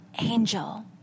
Angel